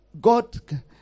God